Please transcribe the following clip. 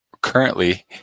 Currently